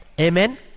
Amen